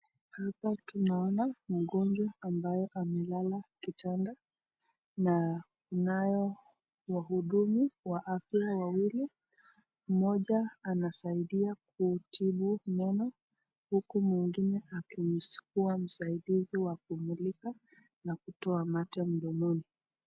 Hapa tunaona mgonjwa ambaye amelala kitanda na kunayo wahudumu wa afya wawili, mmoja anasaidia kutibu meno huku mwingine akimsugua msaidizi wa kumulika na kutoa mate mdomoni.